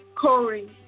Corey